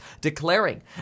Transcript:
declaring